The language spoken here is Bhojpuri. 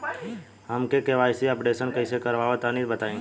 हम के.वाइ.सी अपडेशन कइसे करवाई तनि बताई?